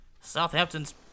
Southampton's